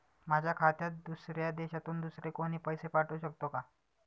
माझ्या खात्यात दुसऱ्या देशातून दुसरे कोणी पैसे पाठवू शकतो का?